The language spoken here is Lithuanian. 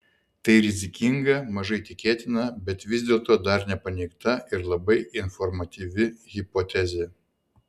tai rizikinga mažai tikėtina bet vis dėlto dar nepaneigta ir labai informatyvi hipotezė